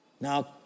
now